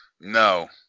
No